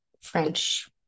French